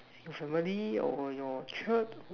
your family or your Church